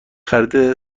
خرید